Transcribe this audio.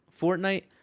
Fortnite